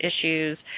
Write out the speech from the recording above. issues